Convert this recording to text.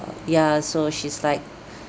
uh ya so she's like